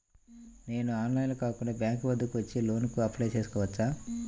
నేను ఆన్లైన్లో కాకుండా బ్యాంక్ వద్దకు వచ్చి లోన్ కు అప్లై చేసుకోవచ్చా?